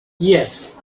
yes